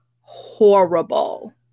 horrible